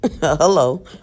Hello